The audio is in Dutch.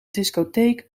discotheek